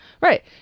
Right